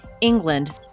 England